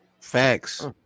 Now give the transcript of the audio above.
Facts